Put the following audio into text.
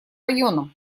районам